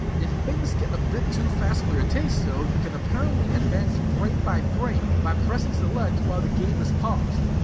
if things get a bit too fast for your taste though, you can apparently advance frame by frame by pressing select while the game is paused.